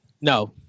No